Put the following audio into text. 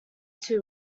two